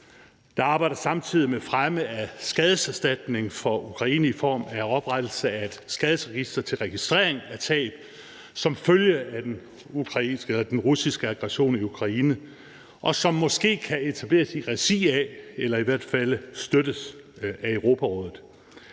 Der arbejdes samtidig med fremme af skadeserstatning for Ukraine i form af oprettelse af et skaderegister til registrering af tab som følge af den russiske aggression i Ukraine, som måske kan etableres i regi af eller i hvert fald støttes af Europarådet.